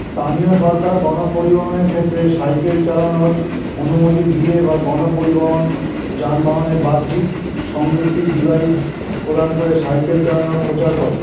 স্থানীয় সরকার গণপরিবহণের ক্ষেত্রে সাইকেল চালানোর অনুমতি দিয়ে বা গণপরিবহণ যানবাহনে বাহ্যিক সংযুক্তির ডিভাইস প্রদান করে সাইকেল চালানো প্রচার করে